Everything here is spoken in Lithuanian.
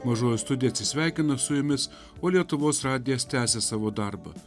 mažoji studija atsisveikina su jumis o lietuvos radijas tęsia savo darbą